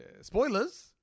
spoilers